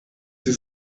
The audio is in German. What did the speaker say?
sie